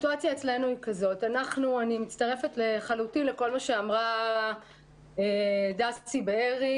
אני מצטרפת לחלוטין לכל מה שאמרה דסי בארי.